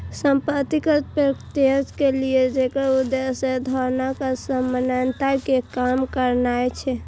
संपत्ति कर प्रत्यक्ष कर छियै, जेकर उद्देश्य धनक असमानता कें कम करनाय छै